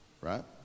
Right